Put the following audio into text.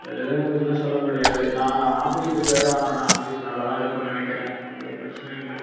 இதெல்லாம் சொல்ல முடியாது நான் ஆஃபீஸ் யூஸுக்காக வாங்கினேன் ஆஃபீஸ் யூசுக்கு நல்லா தான் இருக்குன்னு நினக்கிறேன் எந்தவொரு பிரச்சனையும் இல்லை